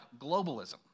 globalism